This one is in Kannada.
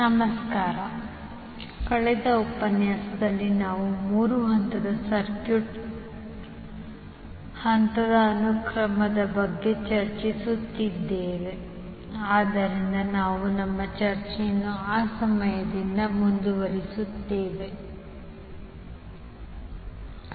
ನಮಸ್ಕಾರ ಕಳೆದ ಉಪನ್ಯಾಸದಲ್ಲಿ ನಾವು ಮೂರು ಹಂತದ ಸರ್ಕ್ಯೂಟ್ನ ಹಂತದ ಅನುಕ್ರಮದ ಬಗ್ಗೆ ಚರ್ಚಿಸುತ್ತಿದ್ದೇವೆ ಆದ್ದರಿಂದ ನಾವು ನಮ್ಮ ಚರ್ಚೆಯನ್ನು ಆ ಸಮಯದಿಂದ ಮುಂದುವರಿಸುತ್ತೇವೆ ಮತ್ತು ನೋಡೋಣ